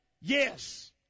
yes